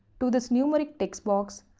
to this numeric textbox,